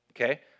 Okay